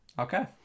Okay